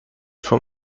from